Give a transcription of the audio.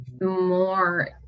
more